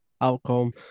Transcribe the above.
outcome